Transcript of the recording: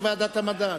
עם ועדת המדע.